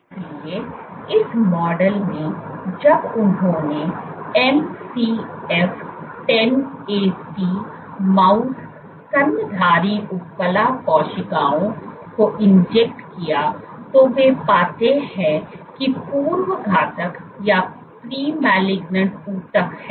इसलिए इस मॉडल में जब उन्होंने MCF 10AT माउस स्तनधारी उपकला कोशिकाओं को इंजेक्ट किया तो वे पाते हैं कि पूर्व घातक ऊतक हैं